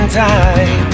time